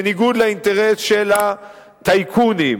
בניגוד לאינטרס של הטייקונים.